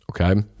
okay